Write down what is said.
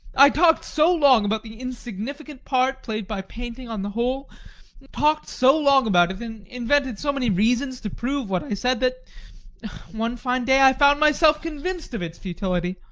i talked so long about the insignificant part played by painting on the whole talked so long about it, and invented so many reasons to prove what i said, that one fine day i found myself convinced of its futility.